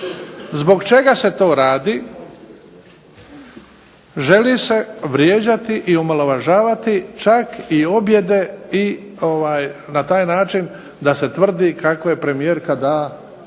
Zbog čega se to radi? Želi se vrijeđati i omalovažavati čak i objede i na taj način da se tvrdi kako je premijerka dala